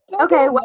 Okay